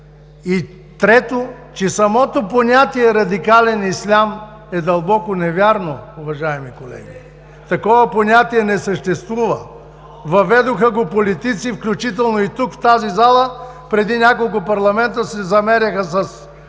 Трето, самото понятие „радикален ислям“ е дълбоко невярно, уважаеми колеги. Такова понятие не съществува. Въведоха го политици, включително и тук, в тази зала, преди няколко парламента се замеряха с